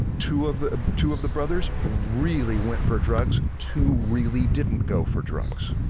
two of the two of the brothers really went for drugs, two really didn't go for drugs.